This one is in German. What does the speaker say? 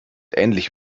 ähnlich